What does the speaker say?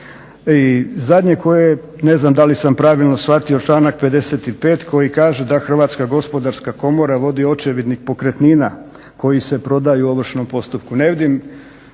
I zadnje koje je, ne znam da li sam pravilno shvatio članak 55. koji kaže da Hrvatska gospodarska komora vodi očevidnik pokretnina koji se prodaju u ovršnom postupku.